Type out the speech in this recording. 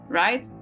right